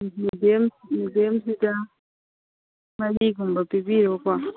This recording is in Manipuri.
ꯃꯦꯗꯤꯌꯝꯁꯤꯗ ꯃꯔꯤꯒꯨꯝꯕ ꯄꯤꯕꯤꯌꯨꯀꯣ